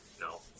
No